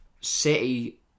City